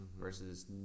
versus